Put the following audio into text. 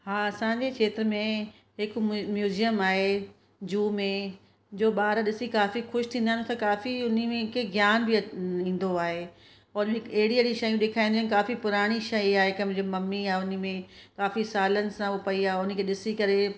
हा असांजे खेत्र में हिकु म्यू म्यूज़ियम आहे जूह में जो ॿार ॾिसी काफी खुश थींदा आहिनि उते काफ़ी उन्हनि खे ज्ञान बि ईंदो आहे पॉलिक अहिड़ी अहिड़ी शयूं ॾेखाईंदियूं आहिनि काफ़ी पुराणी शइ आहे हिकु मुंहिंजी मम्मी आहे उनमें काफ़ी सालनि सां उहा पई आहे उन खे ॾिसी करे